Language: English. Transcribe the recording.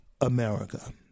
America